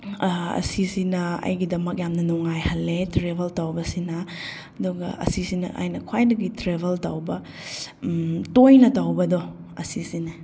ꯑꯁꯤꯁꯤꯅ ꯑꯩꯒꯤꯗꯃꯛ ꯌꯥꯝꯅ ꯅꯨꯡꯉꯥꯏꯍꯜꯂꯦ ꯇ꯭ꯔꯦꯕꯦꯜ ꯇꯧꯕꯁꯤꯅ ꯑꯗꯨꯒ ꯑꯁꯤꯁꯤꯅ ꯑꯩꯅ ꯈ꯭ꯋꯥꯏꯗꯒꯤ ꯇ꯭ꯔꯦꯕꯦꯜ ꯇꯧꯕ ꯇꯣꯏꯅ ꯇꯧꯕꯗꯣ ꯑꯁꯤꯁꯤꯅꯤ